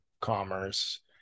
commerce